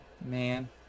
man